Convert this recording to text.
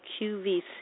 qvc